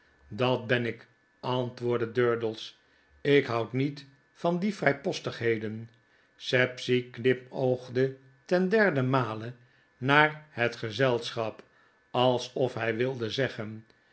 dat ben ik antwoordde durdels jk houd niet van die vrypostigheden sapsea knipoogde ten derden male naar het gezelschap alsofhy wilde zeggen